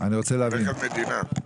רכב מדינה.